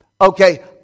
okay